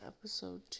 episode